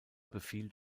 befiehlt